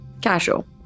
Casual